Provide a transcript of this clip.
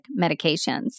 medications